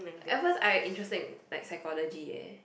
at first I interested in like psychology ya